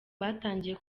batangiye